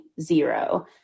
zero